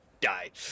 Die